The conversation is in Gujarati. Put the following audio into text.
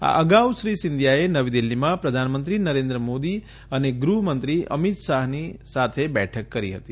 આ અગાઉ શ્રી સિંધિયાએ નવી દીલ્હીમાં પ્રધાનમંત્રી નરેન્દ્ર મોદી અને ગૃહમંત્રી અમીત શાહની સાથે બેઠક કરી હતી